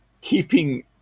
keeping